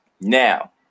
Now